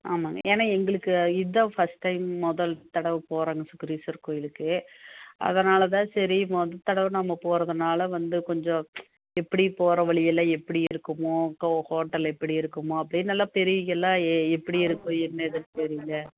ஆமாங்க ஏன்னால் எங்களுக்கு இதுதான் ஃபஸ்ட் டைம் முதல் தடவை போகிறோங்க சுக்ரீஸ்வரர் கோயிலுக்கு அதனால்தான் சரி மொதல் தடவை நம்ம போகிறதுனால வந்து கொஞ்சம் எப்படி போகிற வழி எல்லாம் எப்படி இருக்குமோ கோ ஹோட்டலு எப்படி இருக்குமோ அப்படின்னு தெருவுகளெலாம் ஏ எப்படி இருக்கும் என்ன ஏதுன்னு தெரியல